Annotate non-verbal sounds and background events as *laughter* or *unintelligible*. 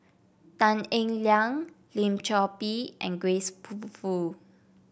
Tan Eng Liang Lim Chor Pee and Grace *unintelligible* Fu